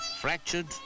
fractured